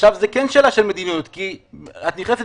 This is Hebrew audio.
עכשיו זה כן שאלה של מדיניות כי את נכנסת